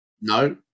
No